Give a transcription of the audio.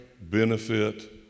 benefit